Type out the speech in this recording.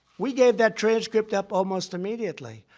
we gave that transcript up almost immediately.